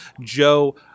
Joe